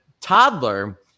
toddler